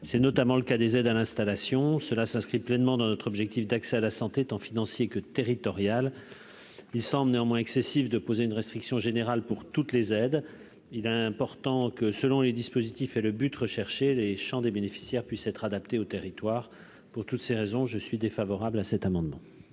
l'Optam, notamment les aides à l'installation. Cela s'inscrit pleinement dans notre objectif d'accès tant financier que territorial à la santé. Il semble néanmoins excessif de prévoir une restriction générale s'appliquant à toutes les aides. Il est important que, selon les dispositifs et l'objectif, le champ de leurs bénéficiaires puisse être adapté au territoire. Pour ces raisons, je suis défavorable à ces amendements